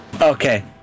Okay